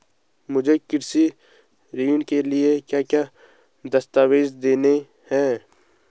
मुझे कृषि ऋण के लिए क्या क्या दस्तावेज़ देने हैं?